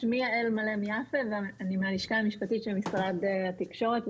שמי יעל מלם יפה ואני מהלשכה המשפטית של משרד התקשורת,